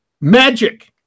Magic